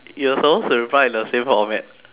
you are supposed to reply in the same format